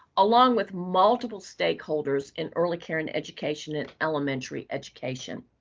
along with multiple stakeholders in early care and education and elementary education.